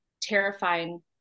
terrifying